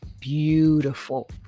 beautiful